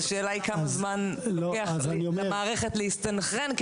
השאלה היא כמה זמן לוקח למערכת להסתנכרן.